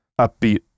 upbeat